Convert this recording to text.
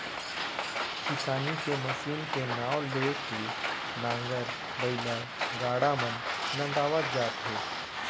किसानी के मसीन के नांव ले के नांगर, बइला, गाड़ा मन नंदावत जात हे